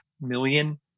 million